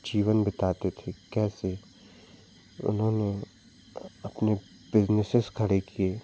जीवन बिताते थे कैसे उन्होंने आ अपने बिज़नेसेस खड़े किए